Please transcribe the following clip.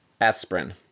aspirin